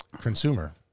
Consumer